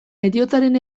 heriotzaren